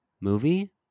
movie